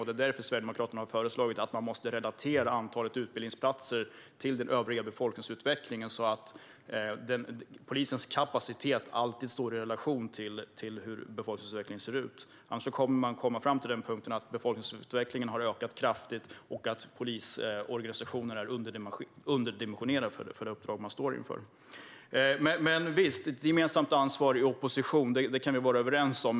Det är därför Sverigedemokraterna har föreslagit att man ska relatera antalet utbildningsplatser till befolkningsutvecklingen så att polisens kapacitet alltid står i relation till hur befolkningsökningen ser ut. Annars kommer man till den punkt där befolkningsutvecklingen har ökat kraftigt och polisorganisationen är underdimensionerad för det uppdrag den står inför. Visst, ett gemensamt ansvar i opposition kan vi vara överens om.